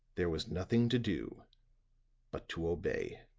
there was nothing to do but to obey.